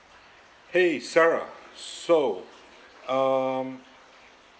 !hey! sarah so um